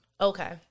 Okay